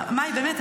מאי, באמת.